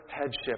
headship